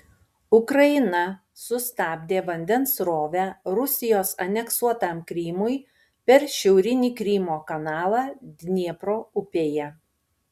ukraina sustabdė vandens srovę rusijos aneksuotam krymui per šiaurinį krymo kanalą dniepro upėje